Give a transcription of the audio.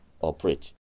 operate